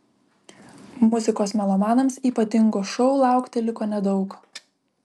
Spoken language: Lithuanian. muzikos melomanams ypatingo šou laukti liko nedaug